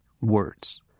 words